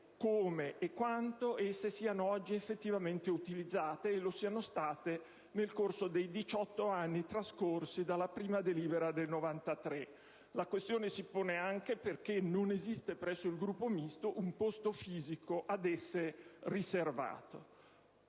come e quanto esse siano oggi effettivamente utilizzate, e lo siano state nel corso dei diciotto anni trascorsi dalla prima delibera del 1993. La questione si pone anche perché non esiste presso il Gruppo Misto un posto fisico di lavoro ad esse riservato.